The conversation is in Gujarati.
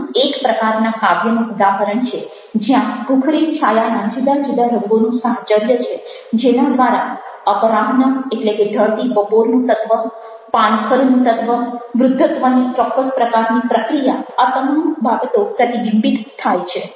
અહીં એક પ્રકારના કાવ્યનું ઉદાહરણ છે જ્યાં ભૂખરી છાયાના જુદા જુદા રંગોનું સાહચર્ય છે જેના દ્વારા અપરાહ્ન ઢળતી બપોર નું તત્વ પાનખરનું તત્વ વૃદ્ધત્વની ચોક્કસ પ્રકારની પ્રક્રિયા આ તમામ બાબતો પ્રતિબિંબિત થાય છે